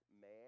man